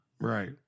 Right